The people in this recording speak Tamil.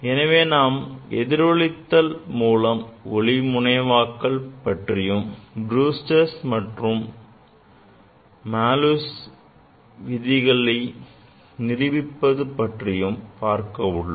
எனவே நாம் எதிரொலித்தல் மூலம் ஒளி முனைவாக்கல் பற்றியும் Brewster's மற்றும் Malus விதிகளை நிரூபிப்பது பற்றியும் பார்க்க உள்ளோம்